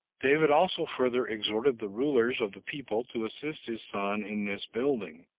david also further exhorted the rulers of the people to assist his son in this building,